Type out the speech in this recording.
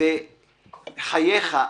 וחייך איך?